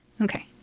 okay